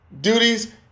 duties